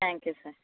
thank you sir